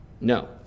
No